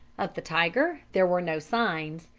of the tiger there were no signs.